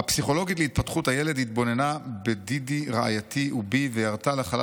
"הפסיכולוגית להתפתחות הילד התבוננה בדידי רעייתי ובי וירתה לחלל